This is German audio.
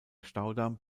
staudamm